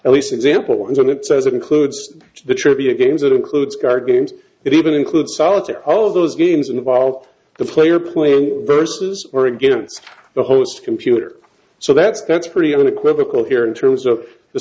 at least example when it says it includes the trivia games it includes car games it even includes solitaire all of those games involve the player playing vs or against the host computer so that's that's pretty unequivocal here in terms of the